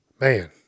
Man